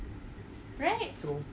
so